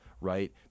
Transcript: Right